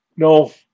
No